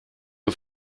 ihr